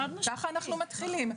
ככה אנחנו מתחילים.